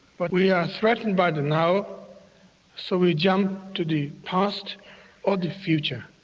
but we are threatened by the now so we jump to the past or the future.